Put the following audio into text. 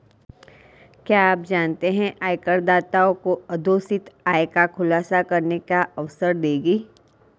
क्या आप जानते है आयकरदाताओं को अघोषित आय का खुलासा करने का अवसर देगी?